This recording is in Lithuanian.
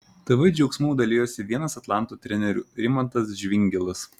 tv džiaugsmu dalijosi vienas atlanto trenerių rimantas žvingilas